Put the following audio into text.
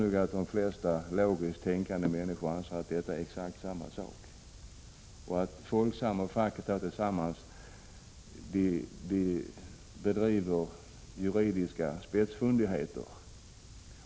Jag tror att de flesta logiskt tänkande människor anser att detta är exakt samma sak och att vad Folksam och facket här håller på med är juridiska spetsfundigheter.